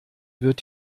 wird